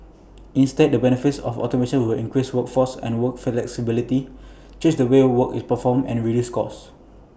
instead the benefits of automation will increase workforce and work flexibility change the way work is performed and reduce costs